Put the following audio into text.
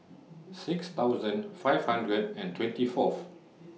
six thousand five hundred and twenty Fourth